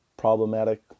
problematic